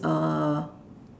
uh